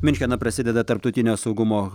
miunchene prasideda tarptautinio saugumo